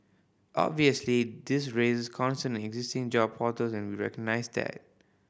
obviously this raises concern existing job portals and we recognise that